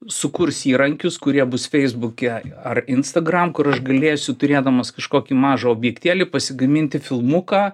sukurs įrankius kurie bus feisbuke ar instagram kur aš galėsiu turėdamas kažkokį mažą objektėlį pasigaminti filmuką